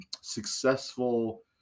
successful